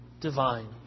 Divine